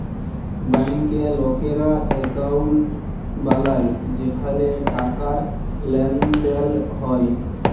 ব্যাংকে লকেরা একউন্ট বালায় যেখালে টাকার লেনদেল হ্যয়